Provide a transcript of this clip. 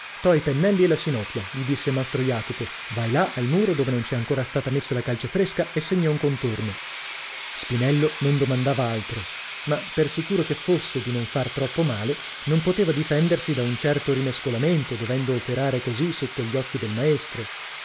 i pennelli e la sinopia gli disse mastro jacopo vai là al muro dove non è ancora stata messa la calce fresca e segna un contorno spinello non domandava altro ma per sicuro che fosse di non far troppo male non poteva difendersi da un certo rimescolamento dovendo operare così sotto gli occhi del maestro